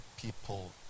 people